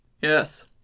Yes